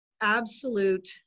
absolute